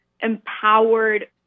empowered